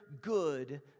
good